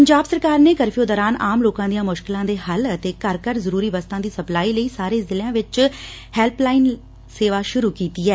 ਪੰਜਾਬ ਸਰਕਾਰ ਨੇ ਕਰਫਿਊ ਦੌਰਾਨ ਆਮ ਲੋਕਾਂ ਦੀਆਂ ਮੁਸ਼ਕਲਾਂ ਦੇ ਹੱਲ ਅਤੇ ਘਰ ਘਰ ਜ਼ਰੂਰੀ ਵਸਤਾਂ ਦੀ ਸਪਲਾਈ ਲਈ ਸਾਰੇ ਜ਼ਿਲ੍ਹਿੱਆਂ ਵਿਚ ਹੈਲਪ ਲਾਈਨ ਸੇਵਾ ਸੁਰੂ ਕੀਤੀ ਐ